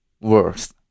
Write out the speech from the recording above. worse